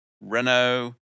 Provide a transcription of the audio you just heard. Renault